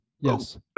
yes